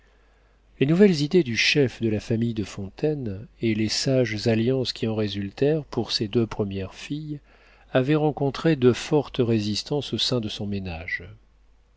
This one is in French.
les nouvelles idées du chef de la famille de fontaine et les sages alliances qui en résultèrent pour ses deux premières filles avaient rencontré de fortes résistances au sein de son ménage